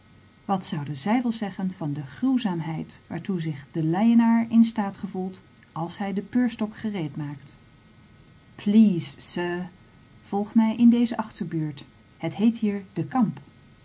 wat zouden zij wel zeggen van de gruwzaamheid waartoe zich de laienaar in staat gevoelt als hij den peurstok gereed maakt please sir volg mij in deze achterbuurt het heet hier de kamp